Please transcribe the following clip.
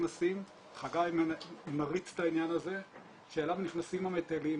חגי מריץ את העניין הזה, אליו נכנסים המטיילים.